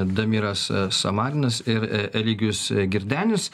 damiras samarinas ir e eligijus girdenis